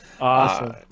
Awesome